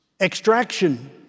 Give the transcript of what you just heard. extraction